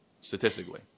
Statistically